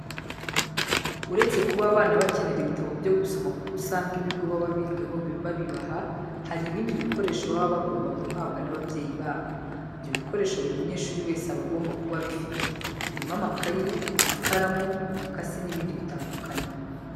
Uretse kuba abana bakenera ibitabo byo gusoma kuko usanga ibigo baba bigaho bibibaha, hari ibindi bikoresho baba bagomba guhabwa n'ababyeyi babo. Ibyo bikoresho buri munyeshuri wese aba agomba kuba abifite. Birimo amakayi, amakaramu, umukasi n'ibindi bitandukanye.